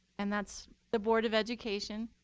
and that's the board of education.